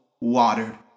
watered